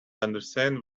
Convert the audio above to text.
understand